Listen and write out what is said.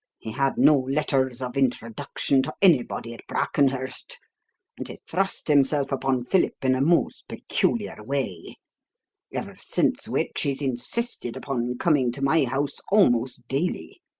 he had no letters of introduction to anybody at brackenhurst and he thrust himself upon philip in a most peculiar way ever since which he's insisted upon coming to my house almost daily.